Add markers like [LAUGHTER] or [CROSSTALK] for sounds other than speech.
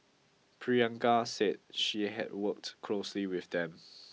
Priyanka said she had worked closely with them [NOISE]